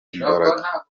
imbaraga